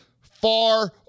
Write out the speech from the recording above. far